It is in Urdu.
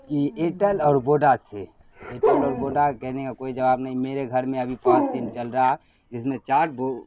کہ ایئرٹل اور بوڈا سے ایئرٹل اور بوڈا کہنے کا کوئی جواب نہیں میرے گھر میں ابھی پانچ سم چل رہا جس میں چار